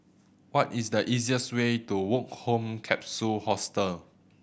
what is the easiest way to Woke Home Capsule Hostel